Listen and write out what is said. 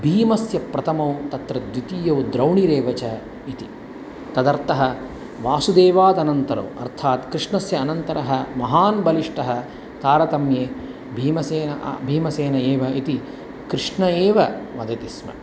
भीमस्य प्रथमौ अत्र द्वितीयौ द्रौणिरेव च इति तदर्थः वासुदेवादनन्तरौ अर्थात् कृष्णस्य अनन्तरः महान् बलिष्ठः तारतम्ये भीमसेनः भीमसेनः एव इति कृष्णः एव वदति स्म